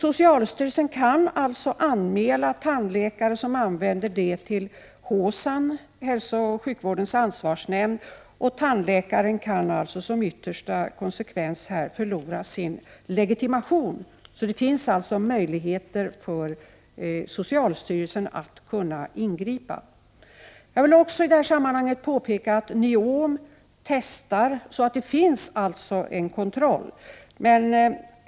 Socialstyrelsen kan alltså anmäla tandläkare som använder detta preparat till hälsooch sjukvårdens ansvarsnämnd. Den tandläkaren kan alltså som yttersta konsekvens förlora sin legitimation. Det finns således möjligheter för socialstyrelsen att ingripa. Jag vill också i detta sammanhang påpeka att NIOM testar preparat, så det finns alltså en kontroll.